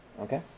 okay